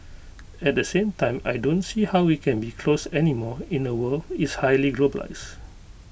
at the same time I don't see how we can be closed anymore in A world is highly globalised